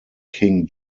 king